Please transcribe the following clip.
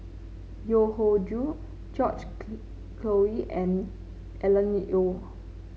Yeo Hoe Joe George Collyer and Alan Oei